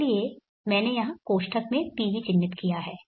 इसलिए मैंने यहाँ कोष्ठक में PV चिह्नित किया है